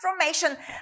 transformation